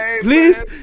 Please